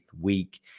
week